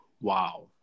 Wow